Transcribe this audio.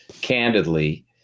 candidly